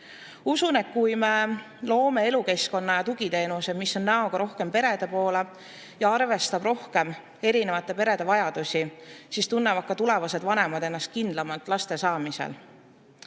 Usun, et kui me loome elukeskkonna ja tugiteenused, mis on näoga rohkem perede poole ja arvestavad rohkem erinevate perede vajadusi, siis tunnevad tulevased vanemad ennast laste saamisel